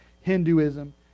Hinduism